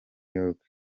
york